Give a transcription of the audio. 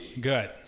good